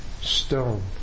stone